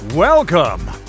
Welcome